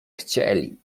chcieli